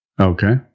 Okay